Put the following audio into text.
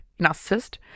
Narcissist